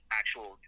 actual